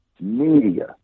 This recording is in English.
media